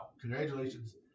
congratulations